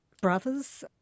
brothers